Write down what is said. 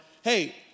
hey